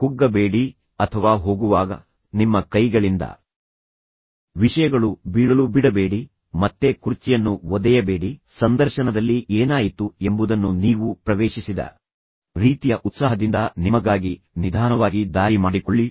ಕುಗ್ಗಬೇಡಿ ಅಥವಾ ಹೋಗುವಾಗ ನಿಮ್ಮ ಕೈಗಳಿಂದ ವಿಷಯಗಳು ಬೀಳಲು ಬಿಡಬೇಡಿ ಮತ್ತೆ ಕುರ್ಚಿಯನ್ನು ಒದೆಯಬೇಡಿ ಸಂದರ್ಶನದಲ್ಲಿ ಏನಾಯಿತು ಎಂಬುದನ್ನು ನೀವು ಪ್ರವೇಶಿಸಿದ ರೀತಿಯ ಉತ್ಸಾಹದಿಂದ ನಿಮಗಾಗಿ ನಿಧಾನವಾಗಿ ದಾರಿ ಮಾಡಿಕೊಳ್ಳಿ